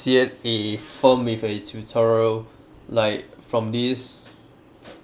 a film with a tutorial like from this